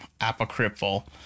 apocryphal